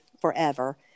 forever